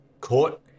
court